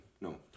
no